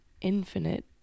infinite